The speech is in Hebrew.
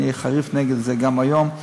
אני מתנגד לזה בחריפות גם היום.